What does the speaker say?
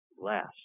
last